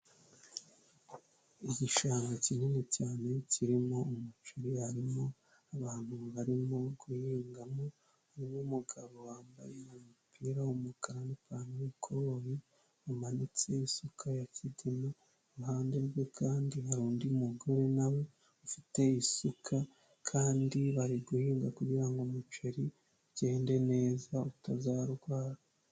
Igishanga kinini cyane kirimo umuceri harimo abantu barimo kuhingamo, harimo umugabo wambaye umupira w'umukara n'ipantaro y'ikoboyi amanitse isuka ya kigemu, iruhande rwe kandi hari undi mugore nawe ufite isuka kandi bari guhinga kugira ngo umuceri ugende neza utazarwara.